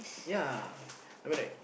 ya really